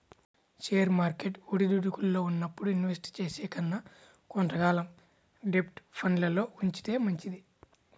share market ఒడిదుడుకుల్లో ఉన్నప్పుడు invest చేసే కన్నా కొంత కాలం డెబ్ట్ ఫండ్లల్లో ఉంచితే మంచిది